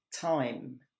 time